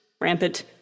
rampant